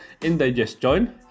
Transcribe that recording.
indigestion